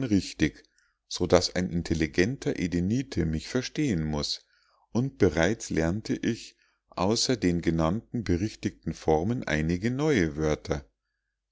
richtig so daß ein intelligenter edenite mich verstehen muß und bereits lernte ich außer den genannten berichtigten formen einige neue wörter